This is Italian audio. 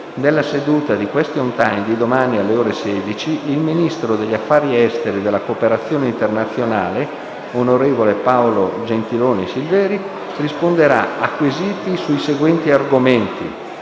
nella seduta di *question time* di domani, alle ore 16, il ministro degli affari esteri e della cooperazione internazionale, onorevole Paolo Gentiloni Silveri, risponderà a quesiti sui seguenti argomenti: